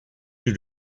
due